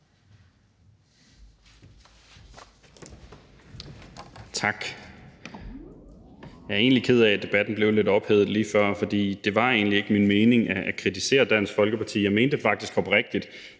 Tak. Jeg er egentlig ked af, at debatten blev lidt ophedet lige før, for det var egentlig ikke min mening at kritisere Dansk Folkeparti. Jeg mente det faktisk oprigtigt,